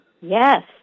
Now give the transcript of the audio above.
yes